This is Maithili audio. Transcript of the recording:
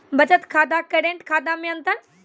बचत खाता करेंट खाता मे अंतर?